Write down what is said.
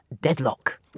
deadlock